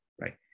right